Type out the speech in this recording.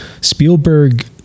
Spielberg